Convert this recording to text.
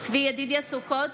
סוכות,